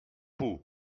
pau